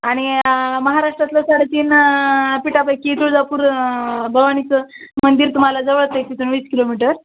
आणि महाराष्ट्रातलं साडे तीन पिठापैकी तुळजापूर भवानीचं मंदिर तुम्हाला जवळंच आहे तिथून वीस किलोमीटर